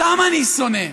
אותם אני שונא.